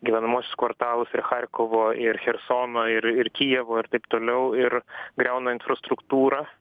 gyvenamuosius kvartalus ir charkovo ir chersono ir ir kijevo ir taip toliau ir griauna infrastruktūrą